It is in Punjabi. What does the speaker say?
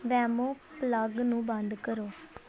ਵੇਮੋ ਪਲੱਗ ਨੂੰ ਬੰਦ ਕਰੋ